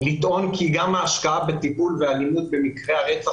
לטעון שגם ההשקעה והטיפול במקרי הרצח